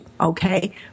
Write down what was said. okay